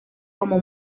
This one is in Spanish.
como